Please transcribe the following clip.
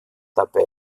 dabei